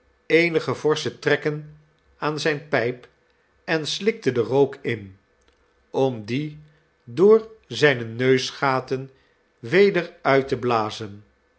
eenige forsche trekken aan zijne pijp en slikte den rook in om dien door zijne neusgaten weder uit te blazen